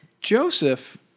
Joseph